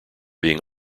being